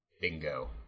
Bingo